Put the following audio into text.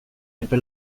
epe